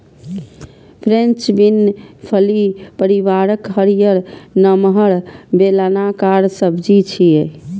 French bean फली परिवारक हरियर, नमहर, बेलनाकार सब्जी छियै